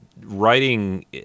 writing